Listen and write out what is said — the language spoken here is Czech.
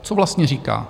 Co vlastně říká?